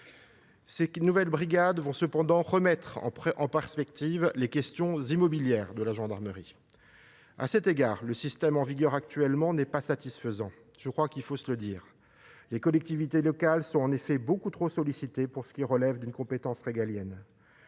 ces nouvelles brigades va toutefois remettre en perspective la politique immobilière de la gendarmerie. À cet égard, le système en vigueur actuellement n’est pas satisfaisant. Les collectivités locales sont en effet beaucoup trop sollicitées pour ce qui relève d’une compétence régalienne.